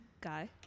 guy